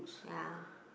ya